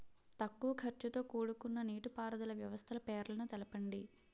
తక్కువ ఖర్చుతో కూడుకున్న నీటిపారుదల వ్యవస్థల పేర్లను తెలపండి?